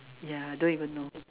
ya don't even know